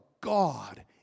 God